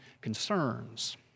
concerns